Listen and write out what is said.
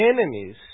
enemies